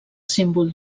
símbol